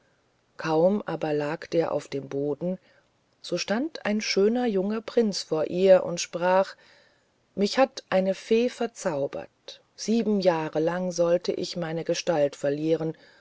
kaum aber lag der auf dem boden so stand ein schöner junger prinz vor ihr und sprach mich hat eine fee verzaubert sieben jahr lang sollt ich meine gestalt verlieren